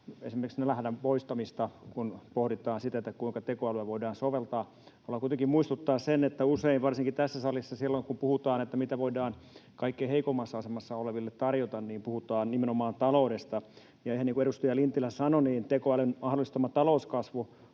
esimerkiksi nälänhädän poistamista, kun pohditaan sitä, kuinka tekoälyä voidaan soveltaa. Haluan kuitenkin muistuttaa sen, että usein varsinkin tässä salissa silloin, kun puhutaan, mitä voidaan kaikkein heikoimmassa asemassa oleville tarjota, puhutaan nimenomaan taloudesta. Ihan niin kuin edustaja Lintilä sanoi, niin tekoälyn mahdollistama talouskasvu